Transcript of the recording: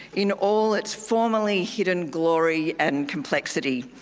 in all its formerly hidden glory and complexity,